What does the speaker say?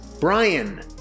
Brian